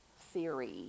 theory